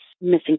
missing